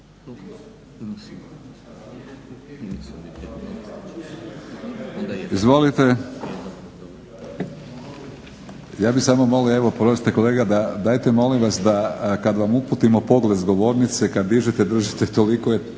Izvolite. Ja bih samo molio, evo oprostite kolega dajte molim vas da kad vam uputimo pogled s govornice, kad dižete držite toliko